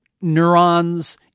neurons